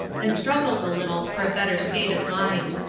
and struggled a little for a better state of mind.